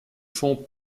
fonds